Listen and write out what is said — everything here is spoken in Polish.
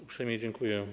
Uprzejmie dziękuję.